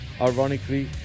ironically